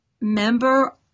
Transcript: member